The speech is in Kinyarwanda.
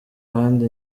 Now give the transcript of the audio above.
ahandi